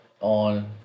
on